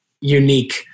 unique